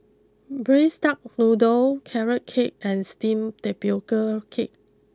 Braised Duck Noodle Carrot Cake and Steamed Tapioca Cake